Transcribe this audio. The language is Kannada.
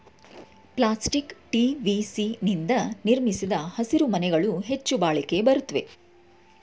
ಪ್ಲಾಸ್ಟಿಕ್ ಟಿ.ವಿ.ಸಿ ನಿಂದ ನಿರ್ಮಿಸಿದ ಹಸಿರುಮನೆಗಳು ಹೆಚ್ಚು ಬಾಳಿಕೆ ಬರುತ್ವೆ